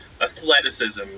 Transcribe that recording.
athleticism